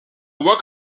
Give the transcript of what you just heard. work